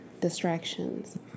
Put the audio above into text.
Distractions